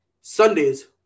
Sundays